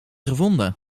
gevonden